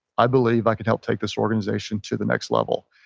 i believe i can help take this organization to the next level.